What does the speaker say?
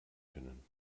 können